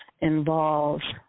involves